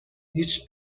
هیچ